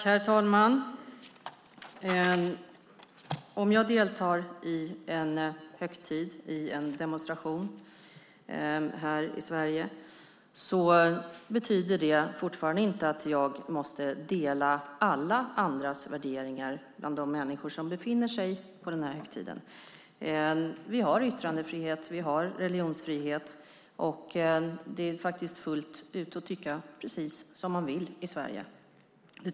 Herr talman! Om jag deltar i en högtid, i en demonstration här i Sverige betyder det inte att jag måste dela alla värderingar hos alla dem som befinner sig där. Vi har yttrandefrihet och religionsfrihet, och det är faktiskt tillåtet att tycka precis som man vill i Sverige.